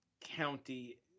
county